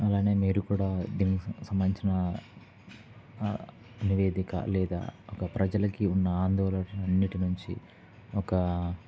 అలానే మీరు కూడా దీనికి సంబంధించిన నివేదిక లేదా ఒక ప్రజలకి ఉన్న ఆందోనళలు అన్నింటి నుంచి ఒక